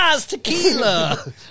tequila